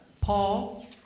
Paul